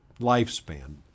lifespan